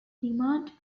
demand